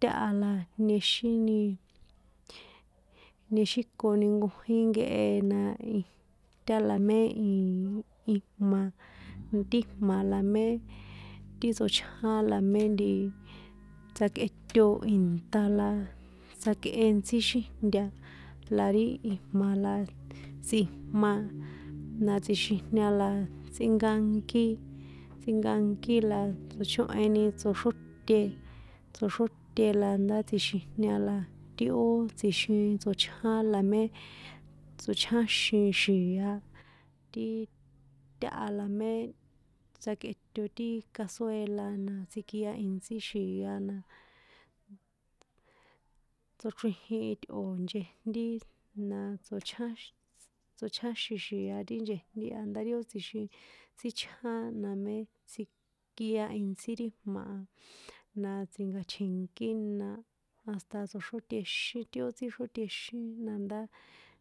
táha la niexíni, niexíkoni nkojín nkehe na tála mé ijma̱, ti jma̱ la mé ti tsochján la mé nti tsjakꞌeto ìnṭa̱ la tsjakꞌe ntsí xíjna, la ri ijma̱ la tsꞌijma la tsjixijña, tsꞌinkankí la tsochóheni tsoxróte, tsoxróte la ndá tsjixijña la ti ó tsjixin tsochján la mé, tsochjáxin xi̱a ti, táha la mé tsjakꞌeto ti casuela na tsikia intsí xi̱a na, tsochrijin itꞌo̱ nchejntí na tsochjánx tsochjáxin xi̱a ti nchejntí a ndá ri ó tsjixin tsíchján namé tsikia intsí ri jma̱ na tsi̱nka̱tje̱nkíni na hasta tsoxrótexin ti ó tsíxrótexin na ndá.